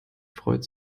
freut